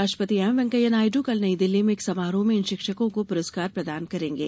उपराष्ट्रपति एम वैंकेया नायडू कल नई दिल्ली में एक समारोह में इन शिक्षकों को पुरस्कार प्रदान करेंगे